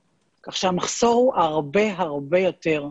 כך שהמחסור הוא הרבה יותר.